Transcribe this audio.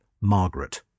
Margaret